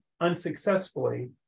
unsuccessfully